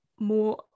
More